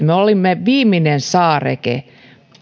me olimme viimeinen saareke